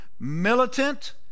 militant